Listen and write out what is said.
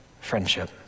friendship